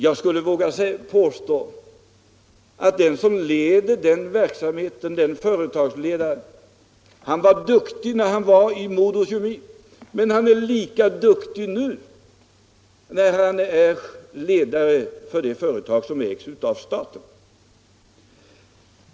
Jag skulle våga påstå att den företagsledare som driver den verksamheten var duktig när han var i MoDoKemi men han är lika duktig nu när han är ledare för det företag som ägs av staten.